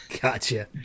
Gotcha